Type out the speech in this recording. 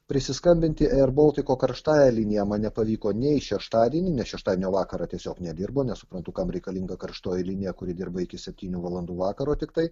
prisiskambinti ėr boltiko karštąja linija man nepavyko nei šeštadienį nes šeštadienio vakarą tiesiog nedirbo nesuprantu kam reikalinga karštoji linija kuri dirba iki septynių valandų vakaro tiktai